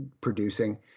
producing